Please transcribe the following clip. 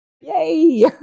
Yay